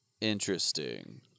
interesting